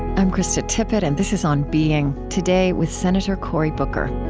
i'm krista tippett, and this is on being. today, with senator cory booker